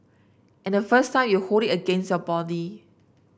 and the first time you hold it against your body